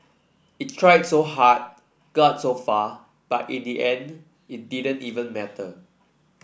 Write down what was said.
it tried so hard got so far but in the end it didn't even matter